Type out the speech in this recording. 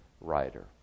writer